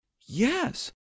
yes